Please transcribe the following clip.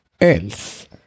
else